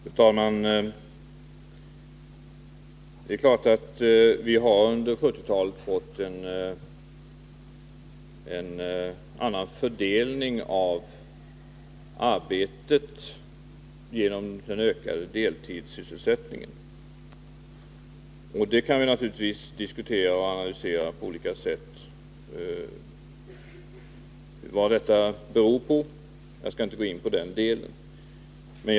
Fru talman! Visst har vi under 1970-talet fått en annan fördelning av arbetet genom den ökade frekvensen av deltidssysselsättning, och detta kan vi naturligtvis diskutera och analysera på olika sätt. Jag skall inte gå in på orsakerna till denna utveckling.